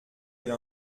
elle